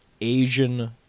Asian